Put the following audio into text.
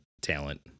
talent